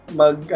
mag